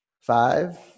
Five